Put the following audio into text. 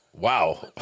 Wow